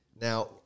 Now